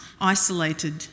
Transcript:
isolated